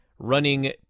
Running